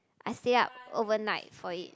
I stay up overnight for it